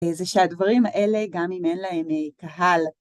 זה שהדברים האלה גם אם אין להם קהל.